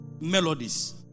melodies